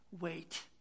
wait